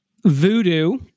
Voodoo